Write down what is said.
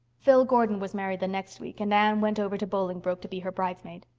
phil gordon was married the next week and anne went over to bolingbroke to be her bridesmaid.